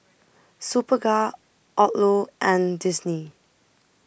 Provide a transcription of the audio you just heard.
Superga Odlo and Disney